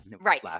right